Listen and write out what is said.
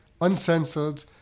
uncensored